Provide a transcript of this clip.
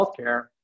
healthcare